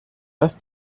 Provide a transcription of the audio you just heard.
dass